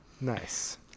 Nice